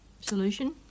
Solution